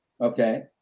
Okay